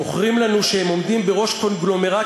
מוכרים לנו שהם עומדים בראש קונגלומרט